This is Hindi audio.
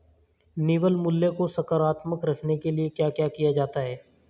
निवल मूल्य को सकारात्मक रखने के लिए क्या क्या किया जाता है?